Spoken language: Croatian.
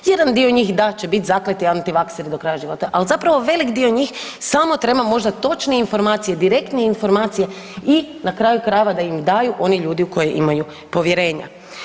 Jedan dio njih da će biti zakleti antivakser do kraja života ali zapravo velik dio njih samo treba možda točne informacije, direktne informacije i na kraju krajeva, da im daju oni ljudi u koje imaju povjerenja.